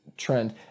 trend